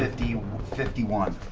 fifty fifty one.